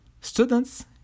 Students